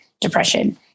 depression